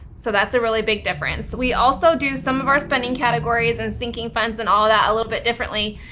so that's a really big difference. we also do some of our spending categories and syncing funds and all of that a little bit differently.